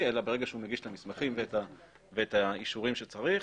אלא ברגע שהוא מגיש את המסמכים ואת האישורים שצריך,